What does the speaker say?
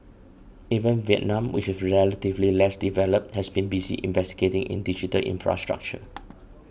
even Vietnam which is relatively less developed has been busy investing in digital infrastructure